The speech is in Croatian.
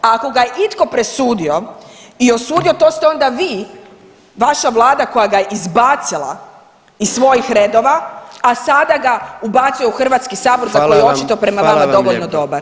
Ako ga je itko presudio i osudio to ste onda vi, vaša Vlada koja ga je izbacila iz svojih redova, a sada ga ubacuje u Hrvatski sabor za koji je očito prema vama dovoljno dobar.